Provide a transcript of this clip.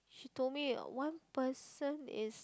she told me one person is